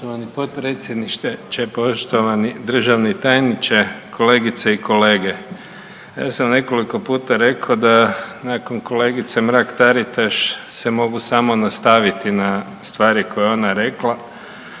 Poštovani potpredsjedniče, poštovani državni tajniče, kolegice i kolege. Ja sam nekoliko puta rekao da nakon kolegice Mrak Taritaš se mogu samo nastaviti na stvari koje je ona rekla,